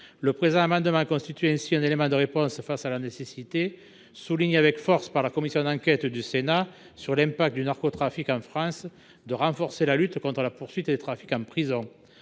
du présent amendement constituent ainsi un élément de réponse face à la nécessité, soulignée avec force par la commission d’enquête du Sénat sur l’impact du narcotrafic en France, de renforcer la lutte contre la poursuite des trafics en prison.